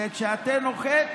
וכשהתה נוחת